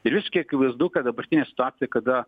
ir visiškai akivaizdu kad dabartinė situacija kada